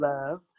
Love